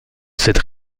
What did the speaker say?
cette